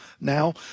now